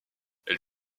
elle